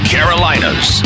Carolinas